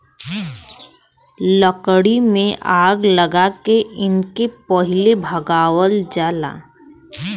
लकड़ी में आग लगा के इनके पहिले भगावल जाला